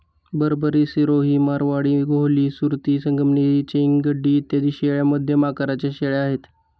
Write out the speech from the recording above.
बरबरी, सिरोही, मारवाडी, गोहली, सुरती, संगमनेरी, चेंग, गड्डी इत्यादी शेळ्या मध्यम आकाराच्या शेळ्या आहेत